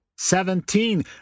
Seventeen